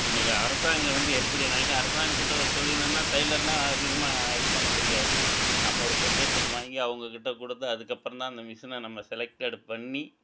நீங்கள் அரசாங்கம் வந்து எப்படின்னாக்க அரசாங்கத்திட்ட ஒரு தொழில்ணுன்னா டெய்லர்னா அதிகமாக இது பண்ண முடியாது நம்ம ஒரு கொட்டேஷன் வாங்கி அவங்கக்கிட்ட கொடுத்து அதுக்கப்பறம்தான் அந்த மிஷினை நம்ம செலக்டட் பண்ணி